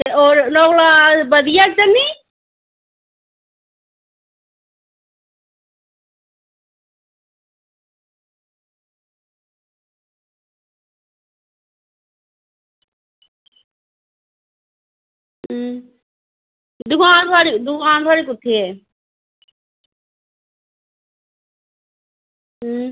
हां बधियै च हैन नी हां दुकान थोआढ़ी कुत्थें ऐ हां